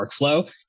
workflow